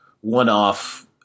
one-off